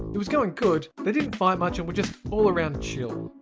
it was going good they didn't fight much and were just all around chill.